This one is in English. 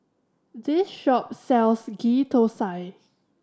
this shop sells Ghee Thosai